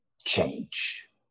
change